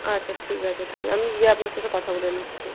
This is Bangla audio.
আচ্ছা ঠিক আছে তাহলে আমি গিয়ে আপনার সাথে কথা বলে নিচ্ছি